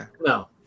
No